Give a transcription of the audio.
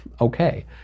Okay